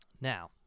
Now